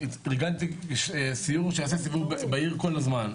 וארגנתי סיור שיעשה את זה בעיר כל הזמן.